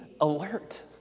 alert